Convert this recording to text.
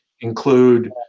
include